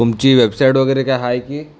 तुमची वेबसाईट वगैरे काही आहे की